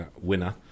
winner